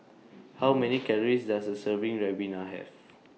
How Many Calories Does A Serving Ribena Have